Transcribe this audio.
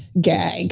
gag